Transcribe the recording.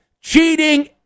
Cheating